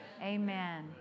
Amen